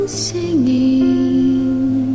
singing